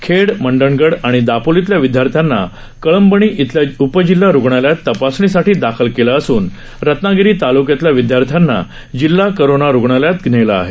खेड मंडणगड आणि दापोलीतल्या विद्यार्थ्यांना कळंबणी इथल्या उपजिल्हा रुग्णालयात तपासणीसाठी दाखल केलं असून रत्नागिरी ताल्क्यातल्या विद्यार्थ्यांना जिल्हा करोना रुग्णालयात नेलं आहे